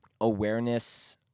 awareness